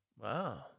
Wow